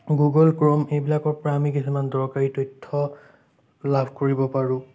Google Chrome এইবিলাকৰ পৰা আমি কিছুমান দৰকাৰী তথ্য লাভ কৰিব পাৰোঁ